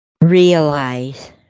realize